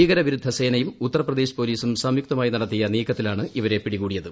ഭീകരവിരുദ്ധ സേനയും പള്ഞർപ്രദേശ് പോലീസും സംയുക്തമായി നടത്തിയ നീക്കത്തിലാണ് ഇവരെ പിടികൂടിയത്